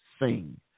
sing